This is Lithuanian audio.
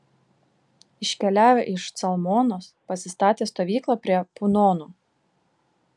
iškeliavę iš calmonos pasistatė stovyklą prie punono